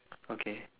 okay